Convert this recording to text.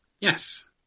Yes